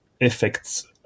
effects